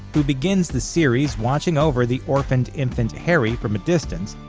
who begins the series watching over the orphaned infant harry from a distance,